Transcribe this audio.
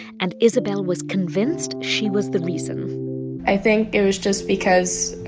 and isabel was convinced she was the reason i think it was just because,